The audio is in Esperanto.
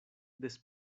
des